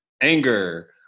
Anger